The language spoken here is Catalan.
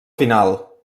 final